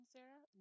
Sarah